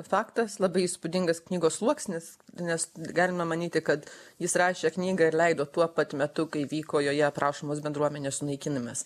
faktas labai įspūdingas knygos sluoksnis nes galime manyti kad jis rašė knygą ir leido tuo pat metu kai vyko joje aprašomos bendruomenės sunaikinimas